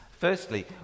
Firstly